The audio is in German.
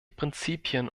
prinzipien